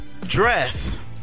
dress